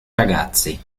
ragazzi